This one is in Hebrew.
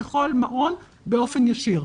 לכל מעון באופן ישיר.